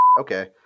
Okay